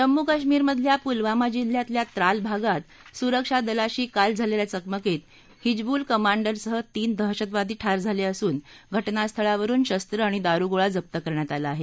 जम्मू कश्मीरमधल्या पुलवामा जिल्ह्यातल्या त्राल भागात सुरक्षा दलाशी काल झालेल्या चकमकीत हिजबूल कमांडरसह तीन दहशतवादी ठार झाले असून घ ज्ञास्थळावरुन शस्त्रं आणि दारुगोळा जप्त करण्यात आला आहे